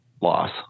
loss